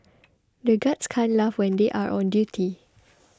the guards can't laugh when they are on duty